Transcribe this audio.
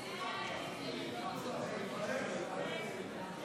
להעביר לוועדה את הצעת חוק חינוך ממלכתי (תיקון,